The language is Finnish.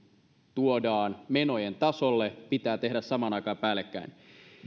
tuodaan menojen tasolle pitää tehdä samaan aikaan ja päällekkäin